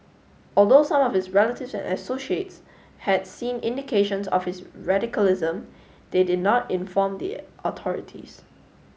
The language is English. although some of his relatives and associates had seen indications of his radicalism they did not inform the authorities